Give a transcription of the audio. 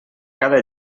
cada